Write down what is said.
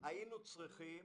היינו צריכים